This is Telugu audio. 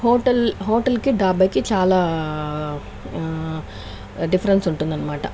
హోటల్ హోటల్కి ధాబాకి చాలా డిఫరెన్స్ ఉంటుంది అనమాట